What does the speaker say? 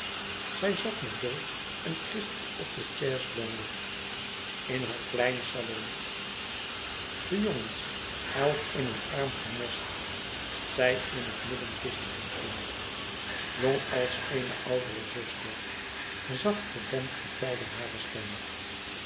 zij zat met dolf en christie op de chaise-longue in haar kleinen salon de jongens elk in een arm genesteld zij in het midden tusschen hen in jong als eene oudere zuster zacht gedempt vertelde hare stem